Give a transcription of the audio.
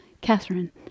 Catherine